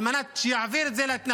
על מנת שהוא יעביר את זה להתנחלויות.